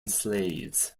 slaves